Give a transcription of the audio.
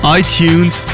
iTunes